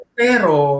pero